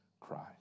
Christ